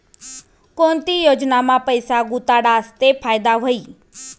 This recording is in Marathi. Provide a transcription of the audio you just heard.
कोणती योजनामा पैसा गुताडात ते फायदा व्हई?